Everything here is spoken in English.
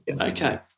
Okay